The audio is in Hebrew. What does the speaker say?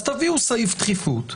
אז תביאו סעיף דחיפות,